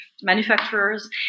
manufacturers